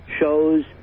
shows